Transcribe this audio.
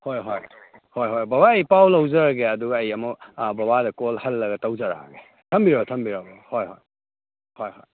ꯍꯣꯏ ꯍꯣꯏ ꯍꯣꯏ ꯍꯣꯏ ꯕꯕꯥ ꯑꯩ ꯄꯥꯎ ꯂꯧꯖꯔꯒꯦ ꯑꯗꯨꯒ ꯑꯩ ꯑꯃꯨꯛ ꯕꯕꯥꯗ ꯀꯣꯜ ꯍꯜꯂꯒ ꯇꯧꯖꯔꯛꯑꯒꯦ ꯊꯝꯕꯤꯔꯣ ꯊꯝꯕꯤꯔꯣ ꯍꯣꯏ ꯍꯣꯏ ꯍꯣꯏ ꯍꯣꯏ